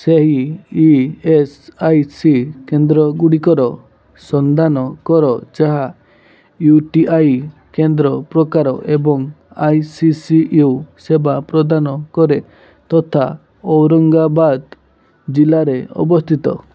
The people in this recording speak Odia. ସେହି ଇ ଏସ୍ ଆଇ ସି କେନ୍ଦ୍ର ଗୁଡ଼ିକର ସନ୍ଧାନ କର ଯାହା ୟୁ ଟି ଆଇ କେନ୍ଦ୍ର ପ୍ରକାର ଏବଂ ଆଇ ସି ସି ୟୁ ସେବା ପ୍ରଦାନ କରେ ତଥା ଔରଙ୍ଗାବାଦ ଜିଲ୍ଲାରେ ଅବସ୍ଥିତ